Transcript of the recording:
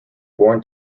born